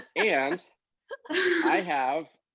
and i have,